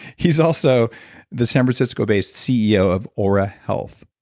he's also the san francisco based ceo of ah oura health.